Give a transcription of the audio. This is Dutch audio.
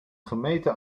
gemeten